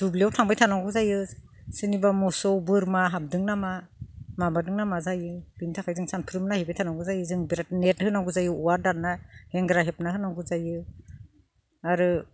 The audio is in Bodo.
दुब्लियाव थांबाय थानांगौ जायो सोरनिबा मोसौ बोरमा हाबदों नामा माबादों नामा जायो बेनि थाखाय जों सानफ्रोमबो नायहैबाय थानांगौ जायो जों बिराद नेट होनांगौ जायो औवा दानना हेंग्रा हेबना होनांगौ जायो आरो